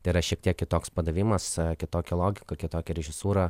tai yra šiek tiek kitoks padavimas kitokia logika kitokia režisūra